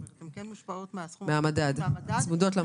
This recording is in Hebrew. הן כן מושפעות מהסכום שצמוד למדד.